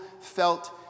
felt